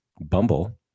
Bumble